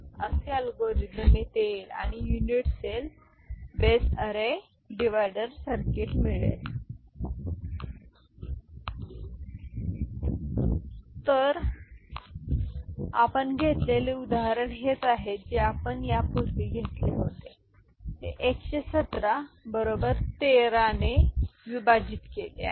असे अल्गोरिदम येथे येईल आणि unit cell base array divider circuit मिळेल तर आपण घेतलेले उदाहरण हेच आहे जे आपण यापूर्वी घेतले होते ते 117 बरोबर 13 ने विभाजित केले आहे